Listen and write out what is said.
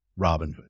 Robinhood